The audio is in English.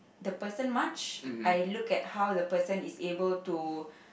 the person much I look at how the person is able to